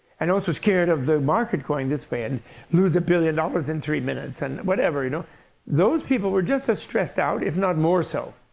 and also scared of the market going this way, and lose a billion dollars in three minutes and whatever, you know those people were just as stressed out, if not more so.